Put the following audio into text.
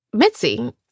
Mitzi